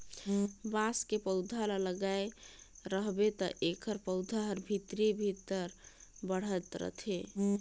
बांस के पउधा ल लगाए रहबे त एखर पउधा हर भीतरे भीतर बढ़ात रथे